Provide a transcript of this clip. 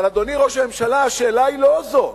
אדוני ראש הממשלה, השאלה היא לא זו.